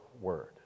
word